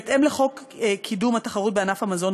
בהתאם לחוק קידום התחרות בענף המזון,